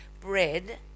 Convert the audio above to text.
bread